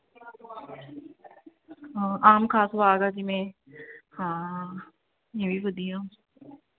ਆਮ ਖਾਸ ਬਾਗ ਆ ਜਿਵੇਂ ਹਾਂ ਇਹ ਵੀ ਵਧੀਆ